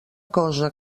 cosa